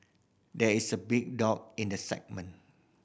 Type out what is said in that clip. there is a big dog in the segment